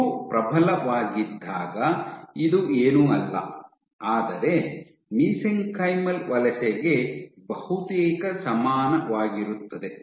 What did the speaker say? ಮೂರೂ ಪ್ರಬಲವಾಗಿದ್ದಾಗ ಇದು ಏನೂ ಅಲ್ಲ ಆದರೆ ಮಿಸ್ಕೆಂಕೈಮಲ್ ವಲಸೆಗೆ ಬಹುತೇಕ ಸಮಾನವಾಗಿರುತ್ತದೆ